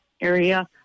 area